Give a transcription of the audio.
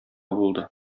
булды